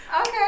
okay